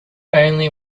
only